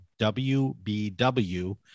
WBW